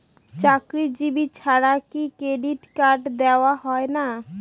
চাকুরীজীবি ছাড়া কি ক্রেডিট কার্ড দেওয়া হয় না?